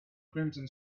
crimson